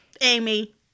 Amy